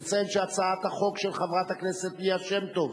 לציין שהצעת החוק של חברת הכנסת ליה שמטוב,